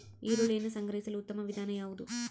ಈರುಳ್ಳಿಯನ್ನು ಸಂಗ್ರಹಿಸಲು ಉತ್ತಮ ವಿಧಾನ ಯಾವುದು?